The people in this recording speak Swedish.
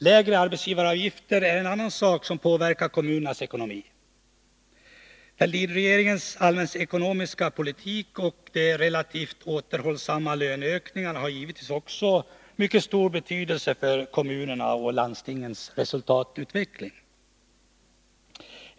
Lägre arbetsgivaravgifter är en annan sak som påverkat kommunernas ekonomi. Fälldinregeringens allmänekonomiska politik och de relativt återhållsamma löneökningarna har givetvis också mycket stor betydelse för kommunernas och landstingens resultatutveckling.